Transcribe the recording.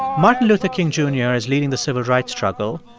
martin luther king jr. is leading the civil rights struggle.